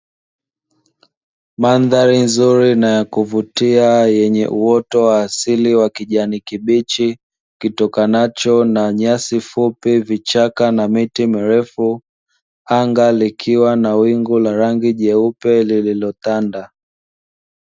Mandhari nzuri na ya kuvutia yenye uoto wa asili wa kijani kibichi kitokanacho na nyasi fupi vichaka na miti mirefu, anga likiwa na wingu la rangi jeupe lililotanda.